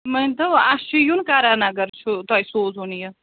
مٲنۍتَو اَسہِ چھُ یُن کَرن نَگر چھُ تۄہہِ سوزُن یہِ